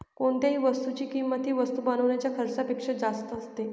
कोणत्याही वस्तूची किंमत ही वस्तू बनवण्याच्या खर्चापेक्षा जास्त असते